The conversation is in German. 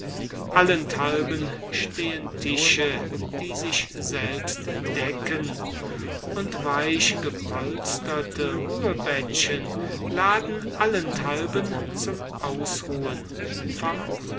allenthalben stehen tische die sich selbst decken und weichgepolsterte ruhebettchen laden allenthalben zum ausruhen vom